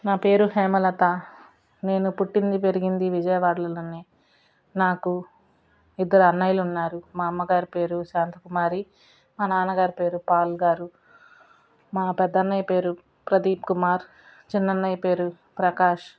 నా పేరు హేమలత నేను పుట్టింది పెరిగింది విజయవాడలలోనే నాకు ఇద్దరు అన్నయ్యలు ఉన్నారు మా అమ్మగారి పేరు శాంత కుమారి మా నాన్నగారి పేరు పాల్ గారు మా పెద్దన్నయ్య పేరు ప్రదీప్ కుమార్ చిన్నన్నయ్య పేరు ప్రకాశ్